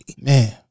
Man